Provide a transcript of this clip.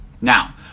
Now